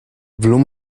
bloom